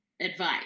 advice